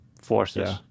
forces